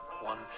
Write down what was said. one